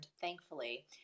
thankfully